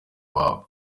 wawe